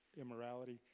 immorality